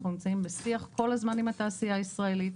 אנחנו נמצאים בשיח כל הזמן עם התעשייה הישראלית.